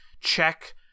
check